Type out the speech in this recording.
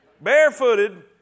barefooted